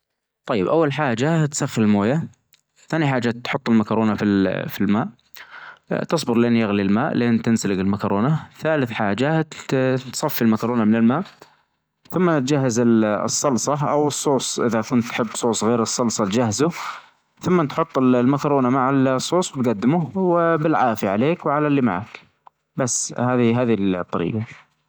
طيب أول حاچة تسخن الموية، ثاني حاچة تحط المكرونة في في الماء تصبر لأن يغلي الماء لين تنسلق المكرونة، ثالث حاجة تصفي المكرونة من الماء، ثم تجهز الصلصة أو الصوص إذا كنت تحب صوص غير الصلصة تجهزه، ثمن تحط المكرونة مع الصوص وتجدمه وبالعافية عليك وعلى اللي معك، بس هذي-هذي الطريجة.